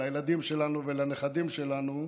לילדים שלנו ולנכדים שלנו,